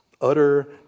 Utter